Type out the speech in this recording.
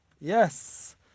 Yes